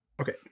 okay